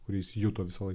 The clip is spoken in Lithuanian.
kurį jis juto visąlaik